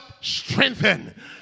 strengthen